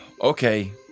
Okay